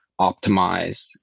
optimize